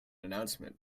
announcement